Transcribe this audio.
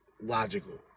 logical